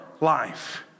life